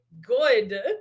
good